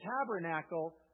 tabernacle